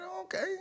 okay